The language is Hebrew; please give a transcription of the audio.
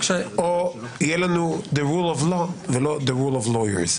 או יהיה לנו The rule of law ולא The role of lawyers.